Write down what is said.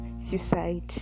Suicide